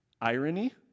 Irony